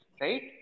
Right